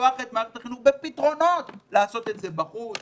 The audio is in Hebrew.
לפתוח את מערכת החינוך עם פתרונות לעשות את זה בחוץ,